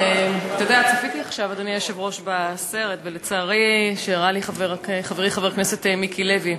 צפיתי עכשיו בסרט שהראה לי חברי חבר הכנסת מיקי לוי.